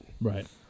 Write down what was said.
right